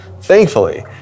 Thankfully